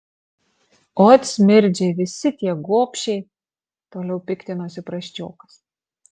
ot smirdžiai visi tie gobšiai toliau piktinosi prasčiokas